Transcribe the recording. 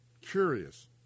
Curious